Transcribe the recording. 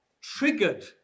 triggered